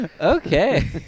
Okay